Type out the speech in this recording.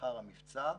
לאחר המבצע,